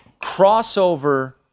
Crossover